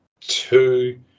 two